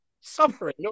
Suffering